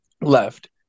left